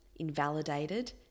invalidated